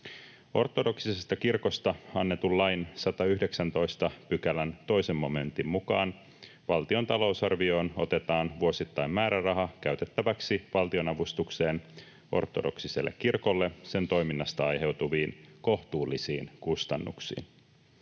Ortodoksisesta kirkosta annetun lain 119 §:n 2 momentin mukaan valtion talousarvioon otetaan vuosittain määräraha käytettäväksi valtionavustukseen ortodoksiselle kirkolle sen toiminnasta aiheutuviin kohtuullisiin kustannuksiin.